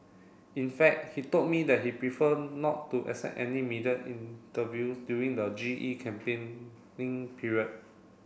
in fact he told me that he prefer not to accept any media interview during the G E campaigning period